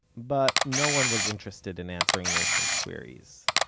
but no one was interested in answering nathan's queries.